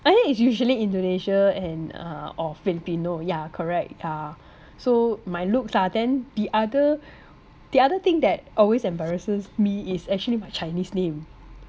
I think it's usually Indonesia and uh or filipino ya correct uh so my looks ah then the other the other thing that always embarrasses me is actually my chinese name